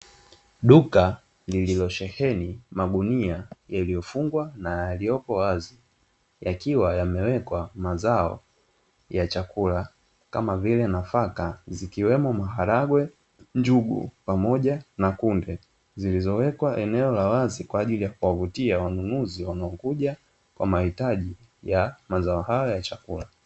Duka lililo sheheni magunia yaliyo fungwa na yaliyopo wazi yakiwa wamewekwa mazao ya chakula kama vile nafaka zikiwemo maharagwe, njugu pamoja na kunde zilizowekwa eneo la wazi kwaajili ya kuvutia wateja wanaokuja kwa mahitaji ya mazao haya ya chakula.